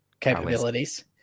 capabilities